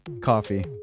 coffee